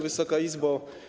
Wysoka Izbo!